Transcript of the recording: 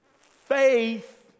Faith